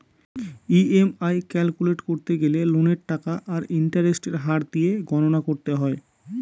EMI calculate করতে গেলে লোনের টাকা আর ইন্টারেস্টের হার দিয়ে গণনা করতে হয়